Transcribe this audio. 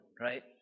right